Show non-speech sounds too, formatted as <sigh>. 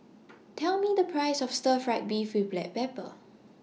<noise> Tell Me The Price of Stir Fry Beef with Black Pepper